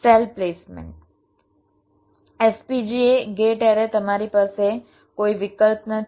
cell placement FPGA gate array તમારી પાસે કોઈ વિકલ્પ નથી